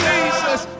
Jesus